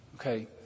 Okay